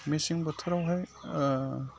मेसें बोथोरावहाय